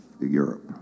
Europe